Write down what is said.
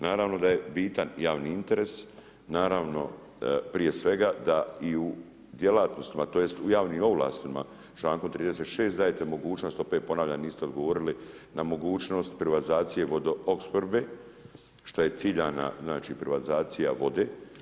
Naravno da je bitan javni interes, naravno prije svega da i u djelatnostima tj. u javnim ovlastima člankom 36. dajte mogućnost opet ponavljam niste odgovorili, na mogućnost privatizacije vodoopskrbe šta je ciljana privatizacija vode.